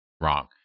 Wrong